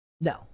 No